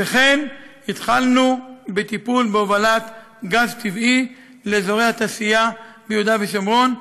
והתחלנו בטיפול בהובלת גז טבעי לאזורי התעשייה ביהודה ושומרון,